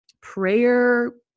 prayer